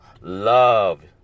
love